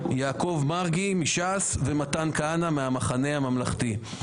יעקב מרגי מש"ס ומתן כהנא מהמחנה הממלכתי.